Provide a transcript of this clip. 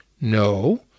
No